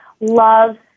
love